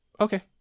Okay